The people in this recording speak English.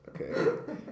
okay